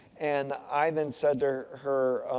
and, i then said to her,